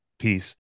peace